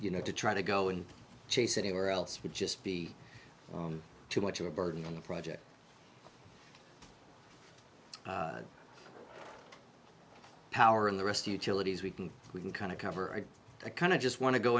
you know to try to go and chase anywhere else would just be too much of a burden on the project power in the rest utilities we can we can kind of cover the kind of just want to go